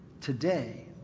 today